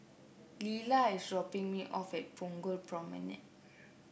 Lilah is dropping me off at Punggol Promenade